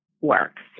works